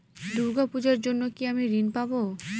দূর্গা পূজার জন্য কি আমি ঋণ পাবো?